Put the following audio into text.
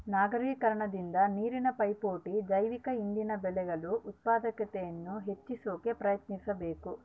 ನಗರೀಕರಣದಿಂದ ನೀರಿನ ಪೈಪೋಟಿ ಜೈವಿಕ ಇಂಧನ ಬೆಳೆಗಳು ಉತ್ಪಾದಕತೆಯನ್ನು ಹೆಚ್ಚಿ ಸಾಕ ಪ್ರಯತ್ನಿಸಬಕು